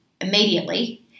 immediately